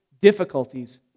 difficulties